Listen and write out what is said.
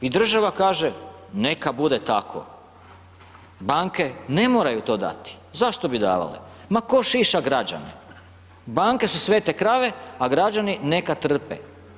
I država kaže neka bude tako, banke ne moraju to dati, zašto bi davale, ma tko šiša građane, banke su svete krave, a građani neka trpe.